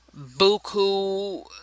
buku